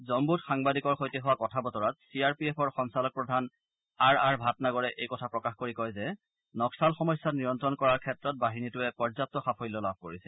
জম্মুত সাংবাদিকৰ সৈতে হোৱা কথা বতৰাত চি আৰ পি এফৰ সঞ্চালকপ্ৰধান আৰআৰ ভাটনাগৰে এই কথা প্ৰকাশ কৰি কয় যে নক্সাল সমস্যা নিয়ন্ত্ৰণ কৰাৰ ক্ষেত্ৰত বাহিনীটোৱে পৰ্যাপ্ত সাফল্য লাভ কৰিছে